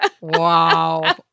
Wow